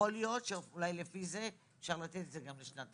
יכול להיות שאולי לפי זה אפשר לתת את זה גם לשנתיים.